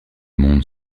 monde